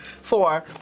Four